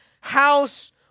house